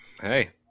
Hey